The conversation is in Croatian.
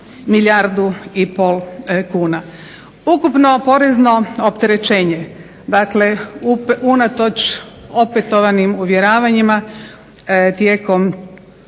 milijardu i pol kuna. Ukupno porezno opterećenje dakle unatoč opetovanim uvjeravanjima, tijekom